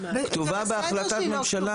היא כתובה בהחלטת ממשלה.